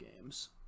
games